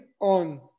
on